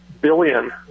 billion